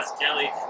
Kelly